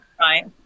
Right